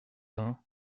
vingt